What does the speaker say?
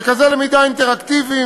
מרכזי למידה אינטראקטיביים,